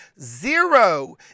zero